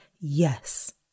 yes